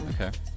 okay